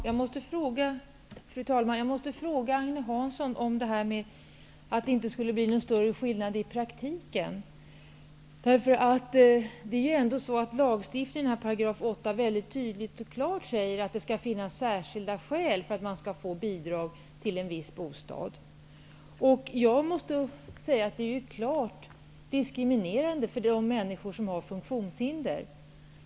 Fru talman! Jag måste fråga Agne Hansson vad det innebär att det inte skulle bli någon större skillnad i praktiken. I 8 § sägs det väldigt tydligt och klart att det skall finnas särskilda skäl för att man skall få bidrag till en viss bostad. Jag måste säga att det är klart diskriminerande för de människor som har funktionshinder.